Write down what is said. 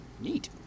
Neat